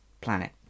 planet